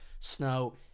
snow